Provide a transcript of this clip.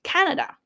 Canada